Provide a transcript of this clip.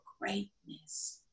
greatness